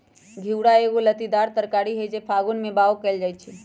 घिउरा एगो लत्तीदार तरकारी हई जे फागुन में बाओ कएल जाइ छइ